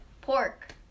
pork